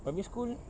primary school